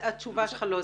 התשובה שלך לא סבירה.